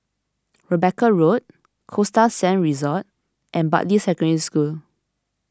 Rebecca Road Costa Sands Resort and Bartley Secondary School